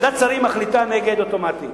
ועדת השרים מחליטה נגד אוטומטית.